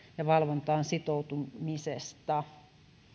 ja valvontaan sitoutumisesta